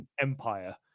empire